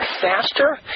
faster